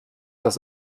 das